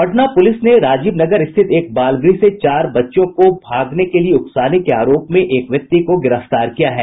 Patna police ने राजीवनगर स्थित एक बालगृह से चार बच्चियों को भगाने के लिए उकसाने के आरोप में एक व्यक्ति को गिरफ्तार किया है